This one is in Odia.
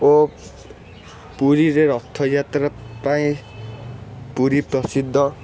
ଓ ପୁରୀରେ ରଥଯାତ୍ରା ପାଇଁ ପୁରୀ ପ୍ରସିଦ୍ଧ